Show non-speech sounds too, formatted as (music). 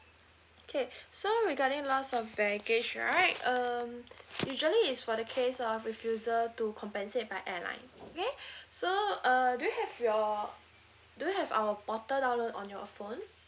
K (breath) so regarding loss of baggage right um (breath) usually it's for the case of refusal to compensate by airline okay (breath) so err do you have your do have our portal download on your uh phone